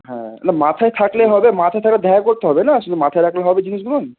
হ্যাঁ না মাথায় থাকলে হবে মাথায় থাকলে দেখা করতে হবে না শুধু মাথায় রাখলে হবে জিনিসগুলোন